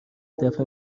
دفه